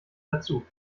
dazu